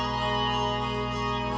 and